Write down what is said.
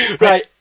right